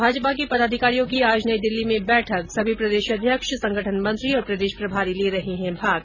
भाजपा के पदाधिकारियों की आज नई दिल्ली में बैठक सभी प्रदेशाध्यक्ष संगठन मंत्री और प्रदेश प्रभारी ले रहे है भाग